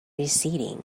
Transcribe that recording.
receding